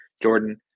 Jordan